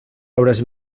obres